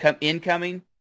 incoming